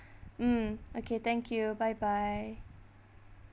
mm okay thank you bye bye